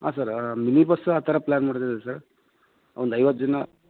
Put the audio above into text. ಹಾಂ sir mini bus ಆ ಥರ ಪ್ಲಾನ್ ಮಾಡಿದೀವಿ ಸರ್ ಒಂದು ಐವತ್ತು ಜನ